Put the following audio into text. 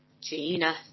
Gina